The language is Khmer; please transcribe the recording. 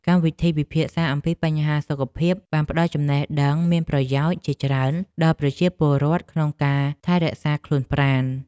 កម្មវិធីពិភាក្សាអំពីបញ្ហាសុខភាពបានផ្តល់ចំណេះដឹងមានប្រយោជន៍ជាច្រើនដល់ប្រជាពលរដ្ឋក្នុងការថែរក្សាខ្លួនប្រាណ។